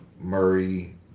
Murray